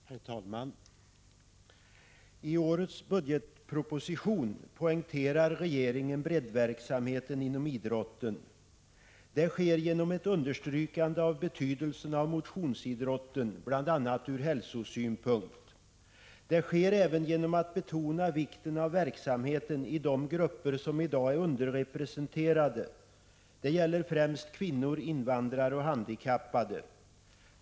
Herr talman! I årets budgetproposition poängterar regeringen breddverksamheten inom idrotten. Det sker genom ett understrykande av betydelsen av motionsidrotten bl.a. ur hälsosynpunkt. Det sker även genom att betona vikten av verksamheten inom de grupper som i dag är underrepresenterade. Det gäller främst kvinnor, invandrare och handikappade.